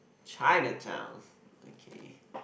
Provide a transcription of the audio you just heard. Chinatown okay